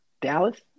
Dallas